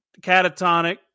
catatonic